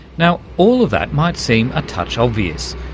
now, all of that might seem a touch obvious.